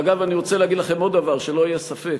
ואגב, אני רוצה להגיד לכם עוד דבר, שלא יהיה ספק: